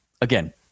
again